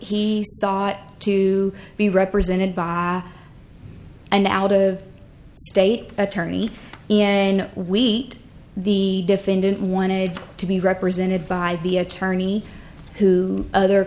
he to be represented by an out of state attorney and we the defendant wanted to be represented by the attorney who other